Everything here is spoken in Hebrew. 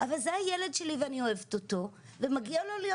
אבל זה הילד שלי ואני אוהבת אותו ומגיע לו להיות